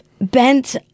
bent